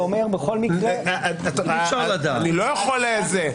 לא אכפת לי שנגיד שגם נועם.